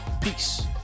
Peace